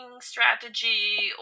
strategy